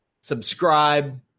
subscribe